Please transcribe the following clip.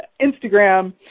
Instagram